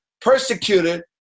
persecuted